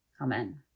Amen